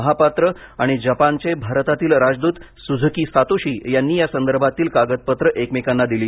महापात्र आणि जपानचे भारतातील राजदूत सुझुकी सातोशी यांनी यासंदर्भातील कागदपत्र एकमेकांना दिली